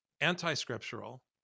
anti-scriptural